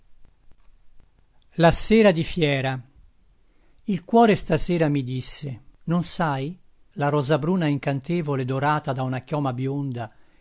la sera di fiera il cuore stasera mi disse non sai la rosabruna incantevole dorata da una chioma bionda